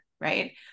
Right